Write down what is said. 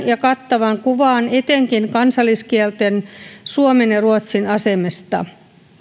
ja kattavan kuvan etenkin kansalliskielten suomen ja ruotsin asemasta